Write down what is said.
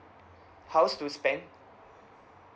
house to spend